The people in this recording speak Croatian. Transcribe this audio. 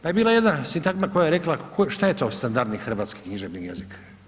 Pa je bila jedna sintagma koja je rekla šta je to standardni hrvatski književni jezik?